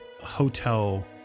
hotel